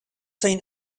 seen